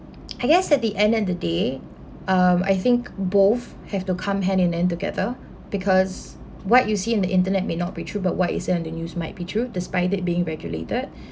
I guess at the end of the day um I think both have to come hand in hand together because what you see in the internet may not be true but what you see on the news might be true despite it being regulated